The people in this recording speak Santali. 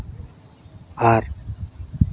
ᱟᱨ